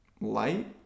light